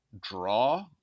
draw